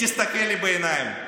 תסתכל לי בעיניים"?